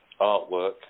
artwork